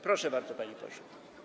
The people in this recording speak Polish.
Proszę bardzo, panie pośle.